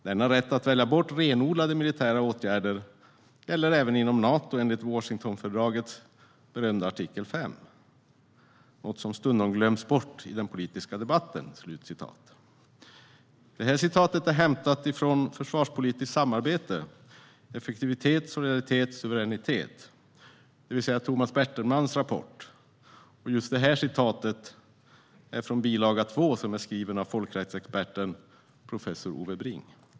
Denna rätt att välja bort renodlade militära åtgärder gäller även inom Nato enligt Washingtonfördragets berömda artikel 5, något som stundom 'glöms bort' i den politiska debatten." Citatet är hämtat från Försvarspolitiskt samarbete - effektivitet, solidaritet, suveränitet , det vill säga Tomas Bertelmans rapport, och just detta citat är från bil. 2, som är skriven av folkrättsexperten professor Ove Bring.